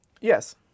Yes